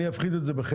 אני אפחית את זה בחצי.